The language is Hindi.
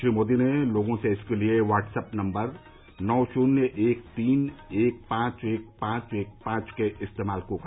श्री मोदी ने लोगों से इसके लिए व्हट्सअप नम्बर नौ शुन्य एक तीन एक पांच एक पांच एक पांच के इस्तेमाल को कहा